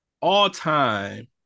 all-time